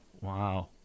Wow